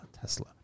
Tesla